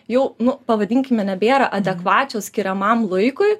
jau nu pavadinkime nebėra adekvačios skiriamam laikui